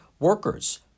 Workers